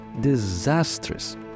disastrous